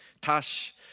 Tash